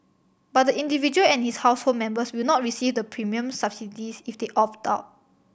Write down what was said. but the individual and his household members will not receive the premium subsidies if they opt out